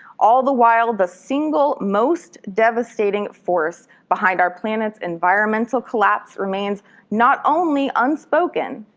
all the while the single most devastating force behind our planet's environmental collapse remains not only unspoken,